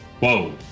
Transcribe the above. Whoa